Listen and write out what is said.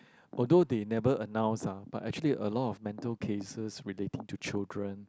although they never announce ah but actually a lot of mental cases relating to children